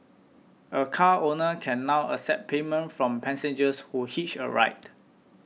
a car owner can now accept payment from passengers who hitch a ride